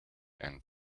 and